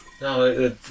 No